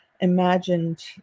imagined